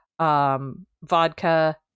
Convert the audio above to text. vodka